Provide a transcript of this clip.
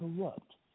corrupt